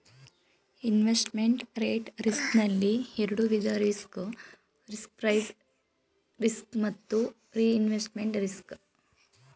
investment rate risk ನಲ್ಲಿ ಎರಡು ವಿಧ ರಿಸ್ಕ್ ಪ್ರೈಸ್ ರಿಸ್ಕ್ ಮತ್ತು ರಿಇನ್ವೆಸ್ಟ್ಮೆಂಟ್ ರಿಸ್ಕ್